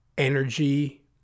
energy